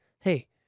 hey